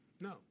no